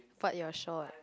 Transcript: but you are short